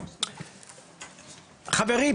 חברים,